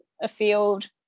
afield